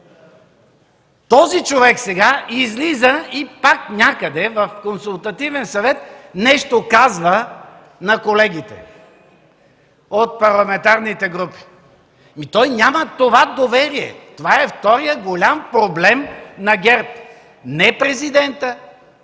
Този човек сега излиза и пак някъде – в консултативен съвет, нещо казва на колегите от парламентарните групи. Той няма това доверие! Това е вторият голям проблем на ГЕРБ. Не президентът